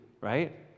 right